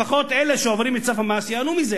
לפחות אלה שעוברים את סף המס ייהנו מזה.